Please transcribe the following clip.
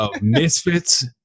misfits